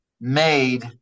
made